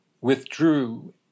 withdrew